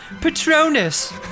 Patronus